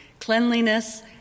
cleanliness